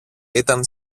ήταν